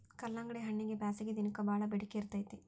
ಕಲ್ಲಂಗಡಿಹಣ್ಣಗೆ ಬ್ಯಾಸಗಿ ದಿನಕ್ಕೆ ಬಾಳ ಬೆಡಿಕೆ ಇರ್ತೈತಿ